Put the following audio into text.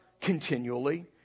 continually